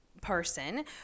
person